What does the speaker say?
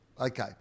Okay